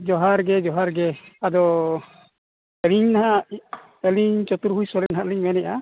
ᱡᱚᱦᱟᱨᱜᱮ ᱡᱚᱦᱟᱨᱜᱮ ᱟᱫᱚ ᱟᱹᱞᱤᱝ ᱦᱟᱜ ᱟᱹᱞᱤᱝ ᱪᱚᱛᱩᱨᱵᱷᱩᱡᱽ ᱥᱚᱨᱮᱱ ᱱᱟᱜ ᱞᱤᱝ ᱢᱮᱱᱮᱜᱼᱟ